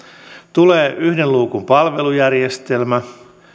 tulee yhden luukun palvelujärjestelmä